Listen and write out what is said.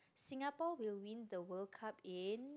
Singapore will win the World Cup in